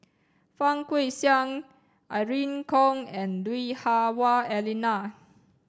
Fang Guixiang Irene Khong and Lui Hah Wah Elena